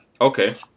Okay